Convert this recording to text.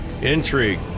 intrigue